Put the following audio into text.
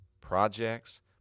projects